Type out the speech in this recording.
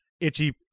Itchy